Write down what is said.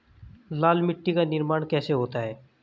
लाल मिट्टी का निर्माण कैसे होता है?